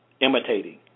imitating